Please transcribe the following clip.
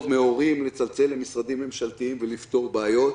מהורים לצלצל למשרדי הממשלה ולפתור בעיות.